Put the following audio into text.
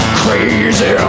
crazy